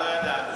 לא ידענו.